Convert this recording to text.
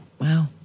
Wow